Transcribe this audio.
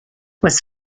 was